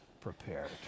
prepared